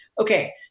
Okay